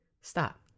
stop